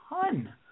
ton